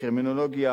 קרימינולוגיה